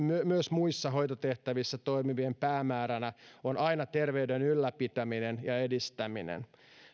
myös muissa hoitotehtävissä toimivien päämääränä on aina terveyden ylläpitäminen ja edistäminen